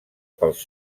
pels